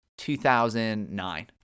2009